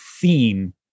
theme